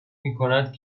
میکند